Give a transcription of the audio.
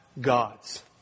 gods